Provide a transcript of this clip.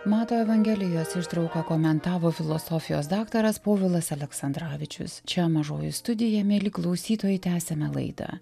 mato evangelijos ištrauką komentavo filosofijos daktaras povilas aleksandravičius čia mažoji studija mieli klausytojai tęsiame laidą